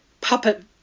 puppet